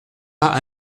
pas